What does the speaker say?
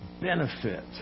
benefit